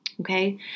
Okay